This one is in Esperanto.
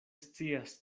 scias